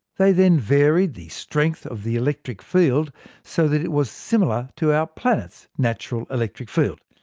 they then varied the strength of the electric field so that it was similar to our planet's natural electric field.